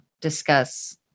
discuss